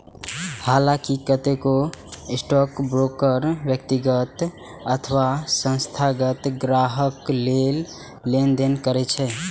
हलांकि कतेको स्टॉकब्रोकर व्यक्तिगत अथवा संस्थागत ग्राहक लेल लेनदेन करै छै